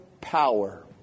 power